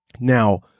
Now